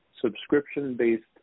subscription-based